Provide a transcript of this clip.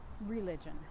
religion